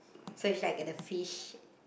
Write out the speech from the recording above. so you just like get the fish